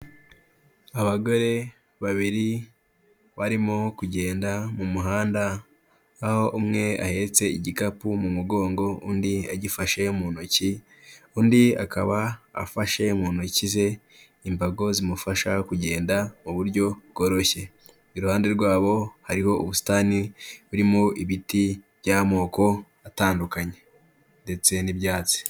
Abagore babiri barimo kugenda mu muhanda, aho umwe ahetse igikapu mu mugongo, undi agifashe mu ntoki, undi akaba afashe mu ntoki ze imbago zimufasha kugenda mu buryo bworoshye. Iruhande rwabo hariho ubusitani burimo ibiti by'amoko atandukanye ndetse n'ibyatsi.